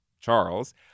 Charles